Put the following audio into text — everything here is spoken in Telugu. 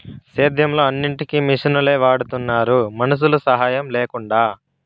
సేద్యంలో అన్నిటికీ మిషనులే వాడుతున్నారు మనుషుల సాహాయం లేకుండా